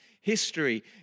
history